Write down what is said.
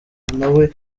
nawe